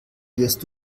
wirst